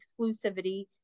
exclusivity